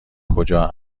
کجا